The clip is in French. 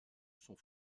sont